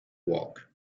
walk